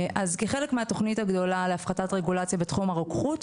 אז כחלק מהתכנית הגדולה להפחתת רגולציה בתחום הרוקחות,